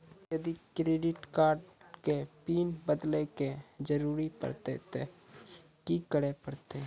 यदि credit card के PIN बदले के जरूरी परतै ते की करे परतै?